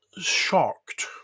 shocked